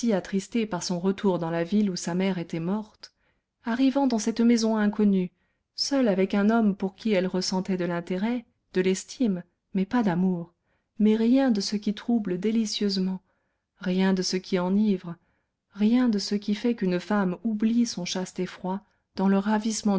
attristée par son retour dans la ville où sa mère était morte arrivant dans cette maison inconnue seule avec un homme pour qui elle ressentait de l'intérêt de l'estime mais pas d'amour mais rien de ce qui trouble délicieusement rien de ce qui enivre rien de ce qui fait qu'une femme oublie son chaste effroi dans le ravissement